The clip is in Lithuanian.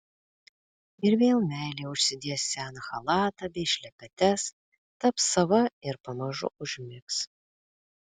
ir vėl meilė užsidės seną chalatą bei šlepetes taps sava ir pamažu užmigs